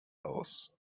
aus